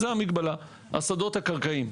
מדובר על שדות קרקעיים.